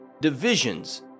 divisions